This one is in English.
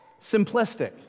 Simplistic